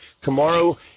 Tomorrow